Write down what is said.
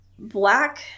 Black